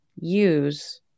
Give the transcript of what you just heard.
use